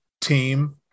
team